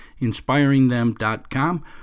inspiringthem.com